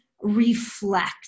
Reflect